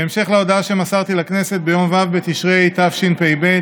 בהמשך להודעה שמסרת לכנסת ביום ו' בתשרי התשפ"ב,